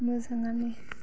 मोजाङानो